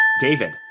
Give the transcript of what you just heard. david